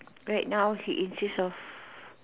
right now he insists of